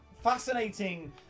fascinating